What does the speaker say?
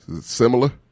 Similar